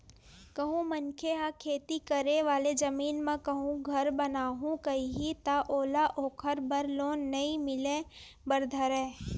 कहूँ मनखे ह खेती करे वाले जमीन म कहूँ घर बनाहूँ कइही ता ओला ओखर बर लोन नइ मिले बर धरय